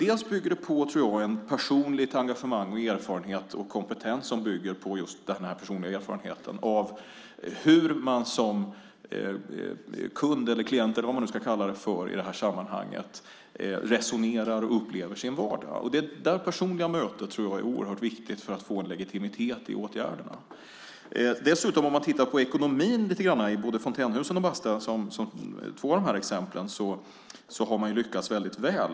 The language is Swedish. Jag tror att det bygger ett personligt engagemang och en erfarenhet och en kompetens som bygger på just denna personliga erfarenhet av hur man som kund eller klient, vad man nu ska kalla det i detta sammanhang, resonerar och upplever sin vardag. Detta personliga möte tror jag är oerhört viktigt för att få en legitimitet i åtgärderna. Om man tittar lite grann på ekonomin, både i Fontänhusen och i Basta, har man lyckats väldigt väl.